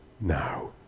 now